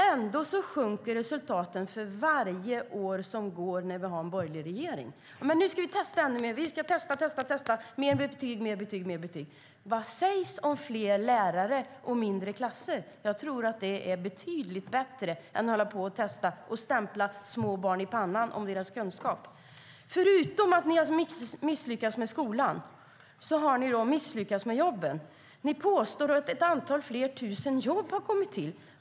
Ändå sjunker resultaten för varje år som går när vi har en borgerlig regering. Man testar och vill införa fler betyg. Vad sägs om fler lärare och mindre klasser? Jag tror att det är betydligt bättre än att hålla på att testa och stämpla små barn i pannan för att visa deras kunskap. Förutom att ni har misslyckats med skolan har ni misslyckats med jobben. Ni påstår att ett antal tusen fler jobb har kommit till.